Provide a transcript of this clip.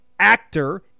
actor